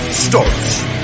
starts